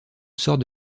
sort